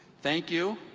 thank you.